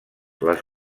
les